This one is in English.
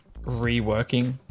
reworking